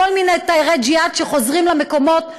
כל מיני תיירי ג'יהאד שחוזרים למקומות,